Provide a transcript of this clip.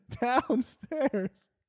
downstairs